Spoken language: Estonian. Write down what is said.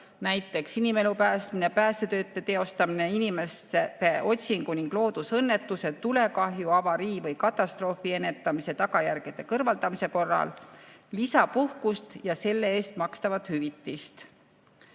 näiteks inimelu päästmine, päästetööde teostamine, inimeste otsing ning loodusõnnetuse, tulekahju, avarii või katastroofi ennetamise tagajärgede kõrvaldamine – lisapuhkust ja selle eest makstavat hüvitist.